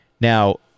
Now